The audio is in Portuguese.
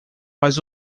faz